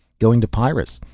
going to pyrrus.